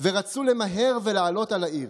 ורצו למהר ולעלות על העיר,